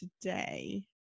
today